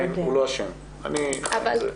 אני חי עם זה בשלום.